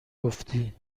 گفتی